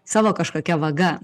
savo kažkokia vaga